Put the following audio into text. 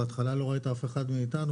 בהתחלה לא ראית אף אחד מאיתנו,